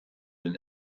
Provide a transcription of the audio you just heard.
den